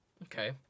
Okay